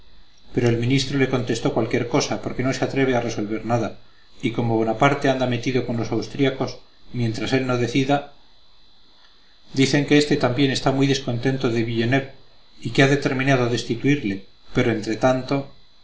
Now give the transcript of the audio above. pero el ministro le contestó cualquier cosa porque no se atreve a resolver nada y como bonaparte anda metido con los austriacos mientras él no decida dicen que éste también está muy descontento de villeneuve y que ha determinado destituirle pero entre tanto